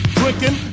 drinking